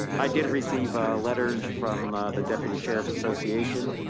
i did receive a letters from, the deputy sheriff's association.